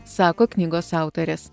sako knygos autorės